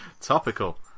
topical